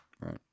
right